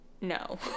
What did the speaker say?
no